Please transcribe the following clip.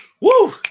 Woo